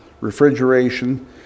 refrigeration